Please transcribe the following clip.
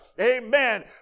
Amen